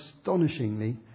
astonishingly